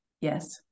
yes